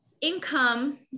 income